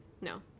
No